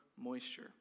moisture